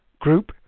group